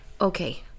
okay